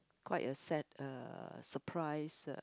quite a sad uh surprise uh